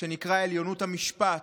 שנקרא "עליונות המשפט"